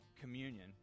communion